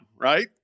Right